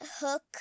hook